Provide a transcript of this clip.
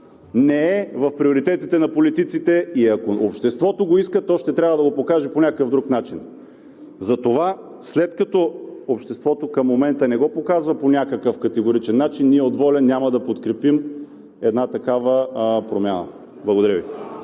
не е в приоритетите на политиците и ако обществото го иска, то ще трябва да го покаже по някакъв друг начин. Затова, след като обществото към момента не го показва по някакъв категоричен начин, ние от ВОЛЯ няма да подкрепим една такава промяна. Благодаря Ви.